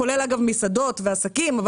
כולל מסעדות ועסקים.